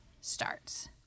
starts